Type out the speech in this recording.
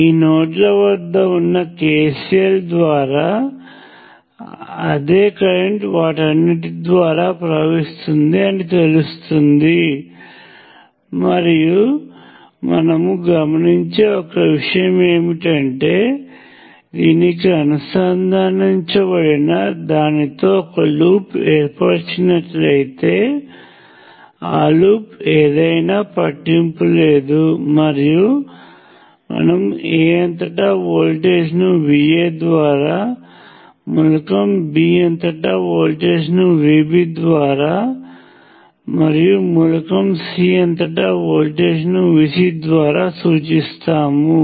ఈ నోడ్ల వద్ద ఉన్న కెసిఎల్ ద్వారా అదే కరెంట్ వాటన్నిటి ద్వారా ప్రవహిస్తుంది అని తెలుస్తుంది మరియు మనము గమనించే ఒక విషయం ఏమిటంటే దీనికి అనుసంధానించబడిన దానితో ఒక లూప్ను ఏర్పరిచినట్లయితే ఆ లూప్ ఏదయినా పట్టింపు లేదు మరియు మనము A అంతటా వోల్టేజ్ను VA ద్వారా మూలకం B అంతటా వోల్టేజ్ ను VB ద్వారా మరియు మూలకం C అంతటా వోల్టేజ్ ను VC ద్వారా సూచిస్తాము